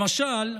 למשל,